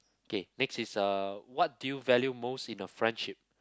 okay next is uh what do you value most in a friendship